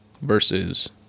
versus